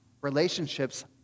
relationships